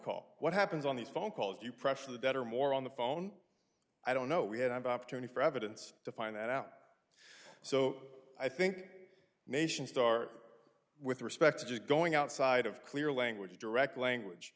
call what happens on these phone calls do you pressure the better more on the phone i don't know we had an opportunity for evidence to find that out so i think nations start with respect to going outside of clear language direct language